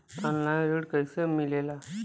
Online ऋण कैसे मिले ला?